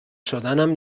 شدنم